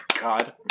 God